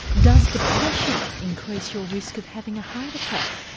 does depression increase your risk of having a heart attack?